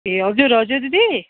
ए हजुर हजुर दिदी